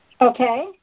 Okay